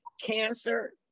cancer